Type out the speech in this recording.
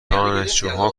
دانشجوها